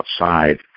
outside